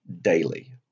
daily